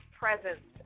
presence